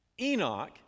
Enoch